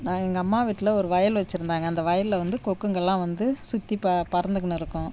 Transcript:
நான் எங்கள் அம்மா வீட்டில் ஒரு வயல் வச்சுருந்தாங்க அந்த வயலில் வந்து கொக்குங்கள் எல்லாம் வந்து சுற்றி ப பறந்துக்குன்னு இருக்கும்